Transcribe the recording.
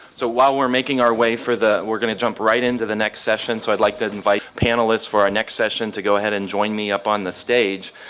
so while we're making our way for the we're going to jump right into the next session so i like that invite panelists for a next session to go ahead and join me up on the stage.